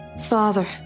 Father